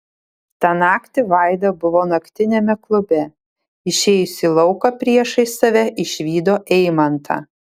tą naktį vaida buvo naktiniame klube išėjusi į lauką priešais save išvydo eimantą